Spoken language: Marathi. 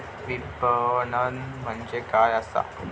विपणन म्हणजे काय असा?